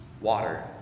Water